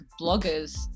bloggers